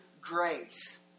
grace